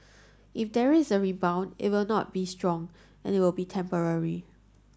if there is a rebound it will not be strong and it will be temporary